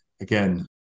again